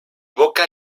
boca